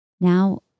Now